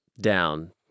down